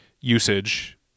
usage